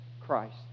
Christ